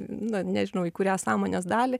na nežinau į kurią sąmonės dalį